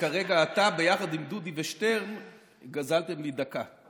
כרגע אתה, ביחד עם דודי ושטרן גזלתם לי דקה,